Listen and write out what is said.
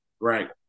Right